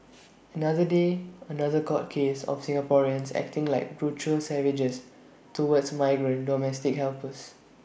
another day another court case of Singaporeans acting like brutal savages towards migrant domestic helpers